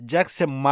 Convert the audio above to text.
Jackson